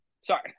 Sorry